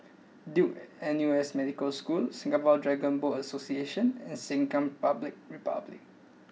Duke N U S Medical School Singapore Dragon Boat Association and Sengkang Public republic